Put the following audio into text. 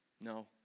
No